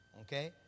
Okay